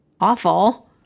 awful